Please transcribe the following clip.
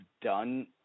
done